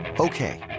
Okay